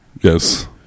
Yes